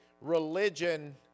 religion